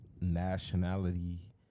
nationality